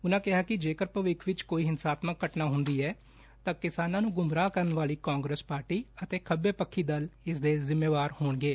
ਉਨਾਂ ਕਿਹਾ ਕਿ ਜੇਕਰ ਭਵਿੱਖ ਵਿਚ ਕੋਈ ਹਿਸਾਤਮਕ ਘਟਨਾ ਹੁੰਦੀ ਏ ਤਾਂ ਕਿਸਾਨਾਂ ਨੂੰ ਗੁੰਮਰਾਹ ਕਰਨ ਵਾਲੀ ਕਾਂਗਰਸ ਪਾਰਟੀ ਅਤੇ ਖੱਬੇ ਪੱਖੀ ਦਲ ਇਸ ਦੇ ਜਿੰਮੇਵਾਰ ਹੋਣਗੇ